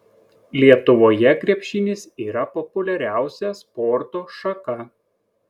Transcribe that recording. lietuvoje krepšinis yra populiariausia sporto šaka